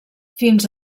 fins